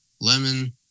lemon